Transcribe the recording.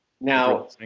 Now